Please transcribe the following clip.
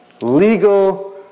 Legal